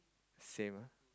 same ah